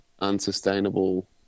unsustainable